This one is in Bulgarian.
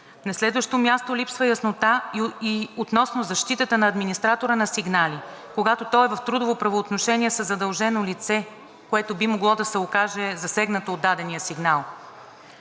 На следващо място, липсва яснота относно защитата на администратора на сигнали, когато той е в трудово правоотношение със задължено лице, което би могло да се окаже засегнато от дадения сигнал.